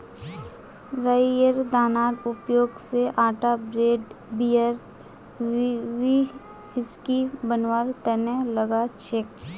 राईयेर दानार उपयोग स आटा ब्रेड बियर व्हिस्की बनवार तना लगा छेक